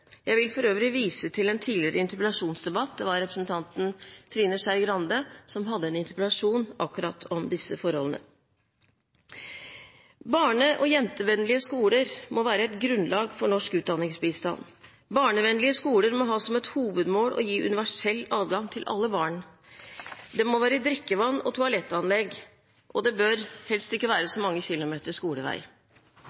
Jeg vil for øvrig vise til en tidligere interpellasjonsdebatt. Det var representanten Trine Skei Grande som hadde en interpellasjon om akkurat disse forholdene. Barne- og jentevennlige skoler må være et grunnlag for norsk utdanningsbistand. Barnevennlige skoler må ha som et hovedmål å gi universell adgang til alle barn. Det må være drikkevann og toalettanlegg, og det bør helst ikke være